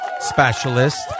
specialist